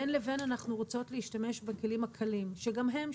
בין לבין אנחנו רוצות להשתמש בכלים הקלים שגם הם,